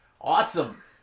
awesome